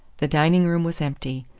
the dining-room was empty.